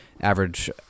Average